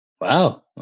Wow